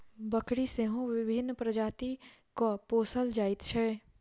बकरी सेहो विभिन्न प्रजातिक पोसल जाइत छै